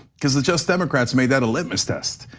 cuz it just democrats made that a litmus test.